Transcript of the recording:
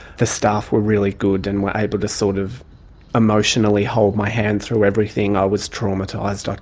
the staff were really good and were able to sort of emotionally hold my hand through everything, i was traumatised, ah